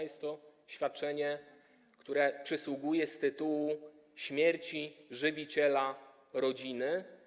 Jest to świadczenie, które przysługuje z tytułu śmierci żywiciela rodziny.